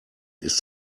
ist